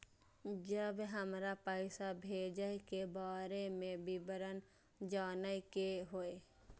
जब हमरा पैसा भेजय के बारे में विवरण जानय के होय?